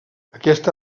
aquesta